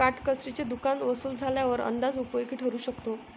काटकसरीचे दुकान वसूल झाल्यावर अंदाज उपयोगी ठरू शकतो